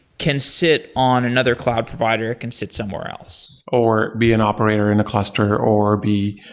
can sit on another cloud provider, it can sit somewhere else or be an operator in a cluster, or be,